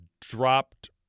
dropped